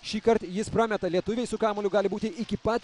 šįkart jis prameta lietuviai su kamuoliu gali būti iki pat